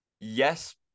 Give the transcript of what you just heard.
yes